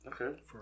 Okay